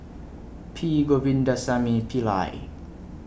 P Govindasamy Pillai